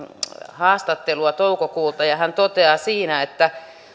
haastattelua toukokuulta ja hän toteaa siinä että